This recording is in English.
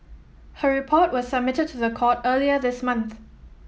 her report was submitted to the court earlier this month